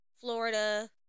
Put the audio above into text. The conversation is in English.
Florida